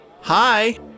Hi